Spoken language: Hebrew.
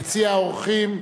יציע האורחים,